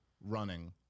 running